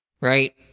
right